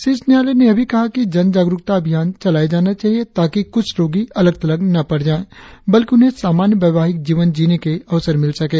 शीर्ष न्यायालय ने यह भी कहा कि जागरुकता अभियान चलाया जाना चाहिए ताकि कुष्ठ रोगी अलग थलग न पड़ जाएं बल्कि उन्हे सामान्य वैवाहिक जीवन जीने के अवसर मिल सकें